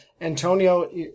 Antonio